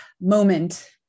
moment